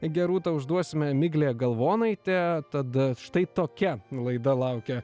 gerūta užduosime miglė galvonaitė tad štai tokia laida laukia